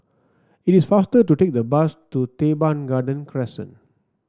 it is faster to take the bus to Teban Garden Crescent